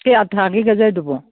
ꯀꯌꯥ ꯊꯥꯒꯦ ꯒꯖꯔꯗꯨꯕꯣ